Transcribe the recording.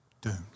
doomed